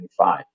1995